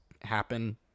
happen